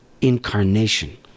incarnation